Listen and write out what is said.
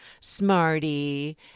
Smarty